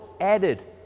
added